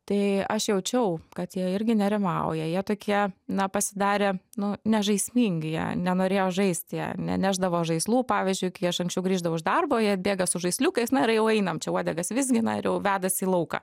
tai aš jaučiau kad jie irgi nerimauja jie tokie na pasidarė nu nežaismingi jie nenorėjo žaisti jie nenešdavo žaislų pavyzdžiui kai aš anksčiau grįždavau iš darbo jie atbėga su žaisliukais na ir jau einame čia uodegas vizgina ir jau vedasi į lauką